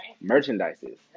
Merchandises